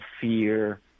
fear